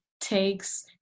takes